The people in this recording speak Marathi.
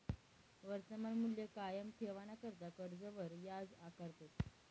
वर्तमान मूल्य कायम ठेवाणाकरता कर्जवर याज आकारतस